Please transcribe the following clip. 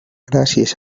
gràcies